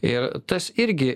ir tas irgi